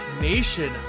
Nation